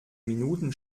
minuten